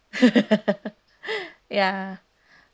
ya